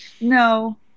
No